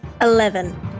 Eleven